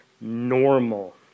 normal